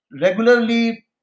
regularly